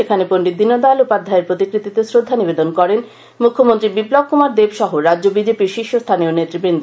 সেখানে পন্ডিত দীনদয়াল উপাধ্যায়ের প্রতিকৃতিতে শ্রদ্বা নিবেদন করেন মুখ্যমন্ত্রী বিপ্লব কুমার দেব সহ রাজ্য বি জে পির শীর্ষ স্থানীয় নেতৃবৃন্দ